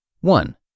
One